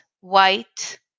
white